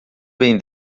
bem